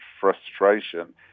frustration